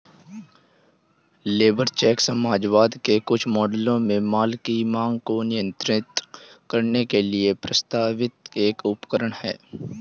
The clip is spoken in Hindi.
लेबर चेक समाजवाद के कुछ मॉडलों में माल की मांग को नियंत्रित करने के लिए प्रस्तावित एक उपकरण है